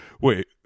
Wait